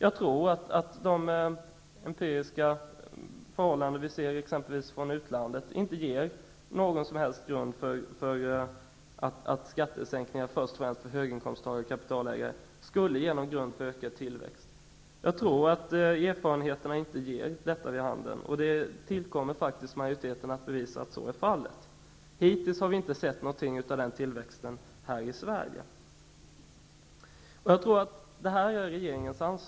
Jag har inte kunnat finna att den empiriska kunskap vi har från utlandet ger något som helst belägg för att skattesänkningar -- först och främst för höginkomsttagare och kapitalägare -- skulle ge någon grund för ökad tillväxt. Jag tycker inte att erfarenheterna ger detta vid handen, och det ankommer faktiskt på majoriteten att bevisa att så är fallet. Hittills har vi inte sett någonting av den tillväxten här i Sverige.